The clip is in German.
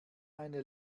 eine